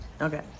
Okay